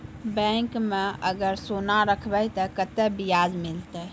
Bank माई अगर सोना राखबै ते कतो ब्याज मिलाते?